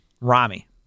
Rami